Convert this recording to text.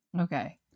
Okay